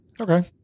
Okay